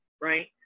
right